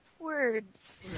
words